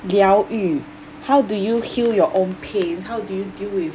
疗愈 how do you heal your own pain how do you deal with